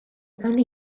only